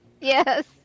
yes